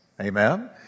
amen